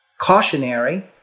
cautionary